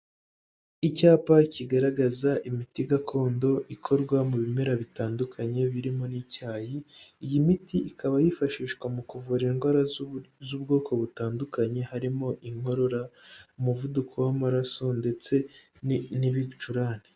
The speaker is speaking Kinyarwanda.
Icyapa kigaragaza imiti gakondo ikorwa mu bimera bitandukanye birimo n'icyayi, iyi miti ikaba yifashishwa mu kuvura indwara z'ubwoko butandukanye harimo inkorora, umuvuduko w'amaraso ndetse n'ibicurane.